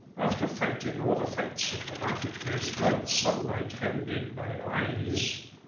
after fighting all the fights the marketplace, bright sunlight hemmed in by eyes,